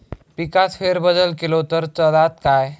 पिकात फेरबदल केलो तर चालत काय?